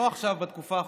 לא עכשיו בתקופה האחרונה,